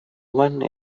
one